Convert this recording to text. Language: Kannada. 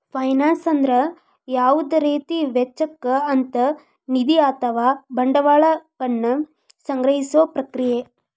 ಫೈನಾನ್ಸ್ ಅಂದ್ರ ಯಾವುದ ರೇತಿ ವೆಚ್ಚಕ್ಕ ಅಂತ್ ನಿಧಿ ಅಥವಾ ಬಂಡವಾಳ ವನ್ನ ಸಂಗ್ರಹಿಸೊ ಪ್ರಕ್ರಿಯೆ